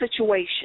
situation